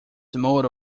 motto